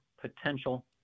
potential